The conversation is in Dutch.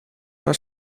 maar